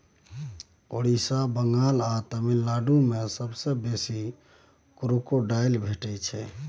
ओड़िसा, बंगाल आ तमिलनाडु मे सबसँ बेसी क्रोकोडायल भेटै छै